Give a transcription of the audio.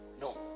No